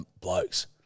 blokes